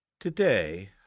Today